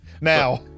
Now